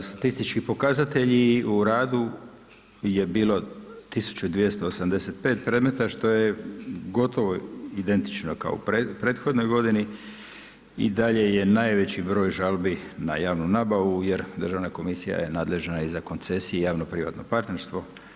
Statistički pokazatelji u radu je bilo 1285 predmeta što je gotovo identično u prethodnoj godini i dalje je najveći broj žalbi na javnu nabavu, jer Državna komisija je nadležna i za koncesije i javno-privatno partnerstvo.